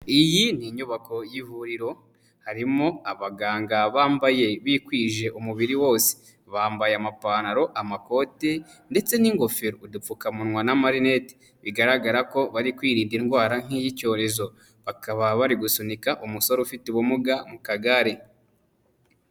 Iyi ni inyubako y'ivuriro harimo abaganga bambaye bikwije umubiri wose, bambaye amapantaro amakoti ndetse n'ingofero, udupfukamunwa n'amarineti, bigaragara ko bari kwirinda indwara nk'iy'icyorezo bakaba bari gusunika umusore ufite ubumuga mu kagare.